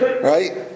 right